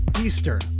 Eastern